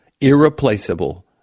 irreplaceable